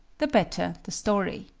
the better the story.